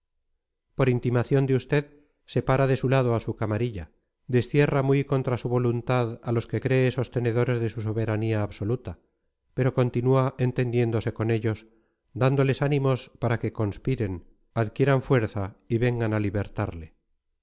por intimación de usted separa de su lado a su camarilla destierra muy contra su voluntad a los que cree sostenedores de su soberanía absoluta pero continúa entendiéndose con ellos dándoles ánimos para que conspiren adquieran fuerza y vengan a libertarle